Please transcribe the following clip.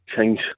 change